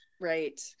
Right